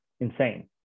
insane